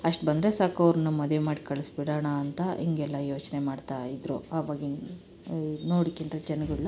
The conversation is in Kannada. ಅಷ್ಟು ಬಂದರೆ ಸಾಕು ಅವ್ರನ್ನ ಮದುವೆ ಮಾಡಿ ಕಳಿಸಿಬಿಡೋಣ ಅಂತ ಹೀಗೆಲ್ಲ ಯೋಚನೆ ಮಾಡ್ತಾ ಇದ್ದರು ಅವಾಗಿನ ನೋಡಿಕೊಂಡ್ರೆ ಜನ್ಗಳ್ನ